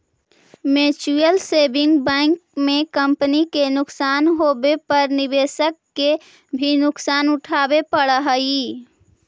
mutual saving bank में company के नुकसान होवे पर निवेशक के भी नुकसान उठावे पड़ऽ हइ